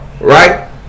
Right